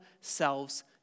selves